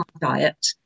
diet